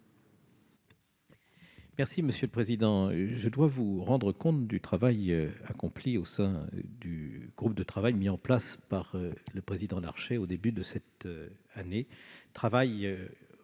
explication de vote. Je dois vous rendre compte du travail accompli au sein du groupe de travail mis en place par le président Larcher au début de cette année, travail